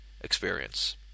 experience